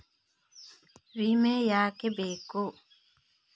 ವಿಮೆ ಯಾಕೆ ಬೇಕು?